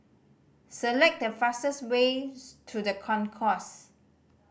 select the fastest ways to The Concourse